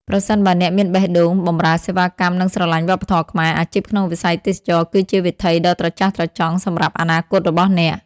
ប្រសិនបើអ្នកមានបេះដូងបម្រើសេវាកម្ម និងស្រឡាញ់វប្បធម៌ខ្មែរ អាជីពក្នុងវិស័យទេសចរណ៍គឺជាវិថីដ៏ត្រចះត្រចង់សម្រាប់អនាគតរបស់អ្នក។